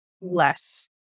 less